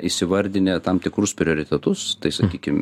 įsivardinę tam tikrus prioritetus tai sakykim